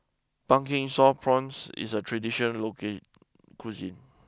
Pumpkin Sauce Prawns is a traditional local cuisine